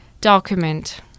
document